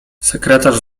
sekretarz